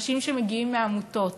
אנשים שמגיעים מעמותות,